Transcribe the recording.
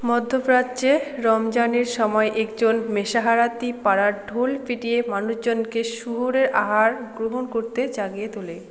মধ্যপ্রাচ্যে রমজানের সময় একজন মেসাহারাতি পাড়ার ঢোল পিটিয়ে মানুষজনকে সুহুরের আহার গ্রহণ করতে জাগিয়ে তোলে